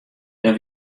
dêr